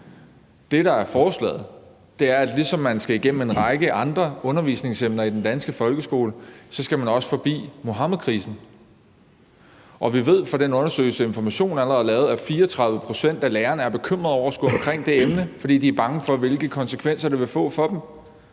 Det, forslaget går ud på, er, at ligesom man skal igennem en række andre undervisningsemner i den danske folkeskole, så skal man også forbi Muhammedkrisen, og vi ved fra den undersøgelse, Information har lavet, at 34 pct. af lærerne er bekymret over at skulle omkring det emne, fordi de er bange for, hvilke konsekvenser det vil få for dem.